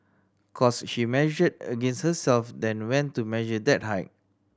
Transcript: cos she measured against herself then went to measure that height